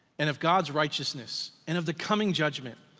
and of god's righteousness, and of the coming judgment.